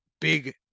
big